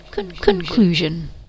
Conclusion